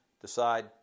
Decide